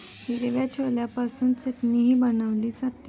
हिरव्या छोल्यापासून चटणीही बनवली जाते